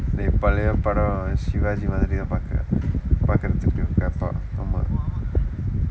dey பழைய படம் சிவாஜி மாதிரி பார்க்கிற பார்க்கிறதுக்கு இருக்கிற இப்போ ஆமாம்:pazhaiya padam sivaji maathiri paarkira paarkkirathukku irukkira ippoo aamaam